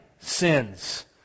sins